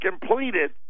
completed